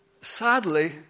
sadly